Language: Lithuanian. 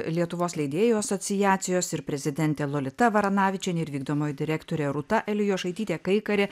lietuvos leidėjų asociacijos ir prezidentė lolita varanavičienė ir vykdomoji direktorė rūta elijošaitytė kaikarė